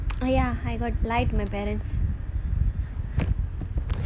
ya I got lie to my parents